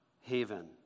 haven